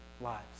lives